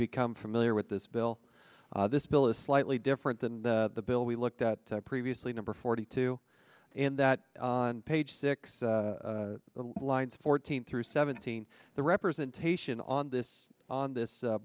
become familiar with this bill this bill is slightly different than the bill we looked at a preview number forty two and that on page six lines fourteen through seventeen the representation on this on this